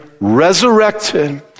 resurrected